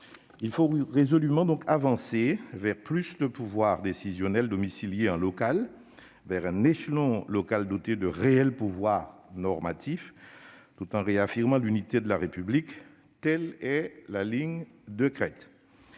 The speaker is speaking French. Il faut résolument avancer vers plus de pouvoir décisionnel local, vers un échelon local doté de réels pouvoirs normatifs, tout en réaffirmant l'unité de la République : telle est la ligne de crête.